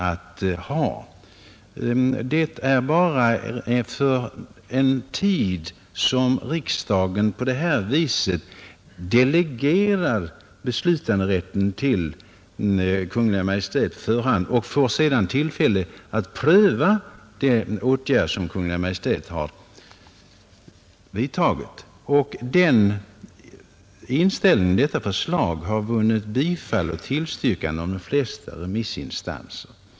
Det är bara för en tid riksdagen på det här viset delegerar beslutanderätten till Kungl. Maj:t på förhand. Riksdagen får sedan tillfälle att pröva den åtgärd Kungl. Maj:t har vidtagit. Detta förslag i FN-lagen har vunnit tillstyrkande av de flesta remissinstanser.